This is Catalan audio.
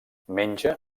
menja